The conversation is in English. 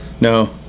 No